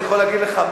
אני יכול להגיד לך,